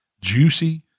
juicy